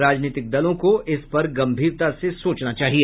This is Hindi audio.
राजनीतिक दलों को इस पर गंभीरता से सोचना चाहिए